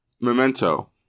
Memento